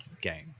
game